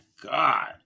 god